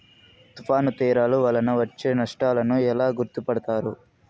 తుఫాను తీరాలు వలన వచ్చే నష్టాలను ఎలా గుర్తుపడతారు?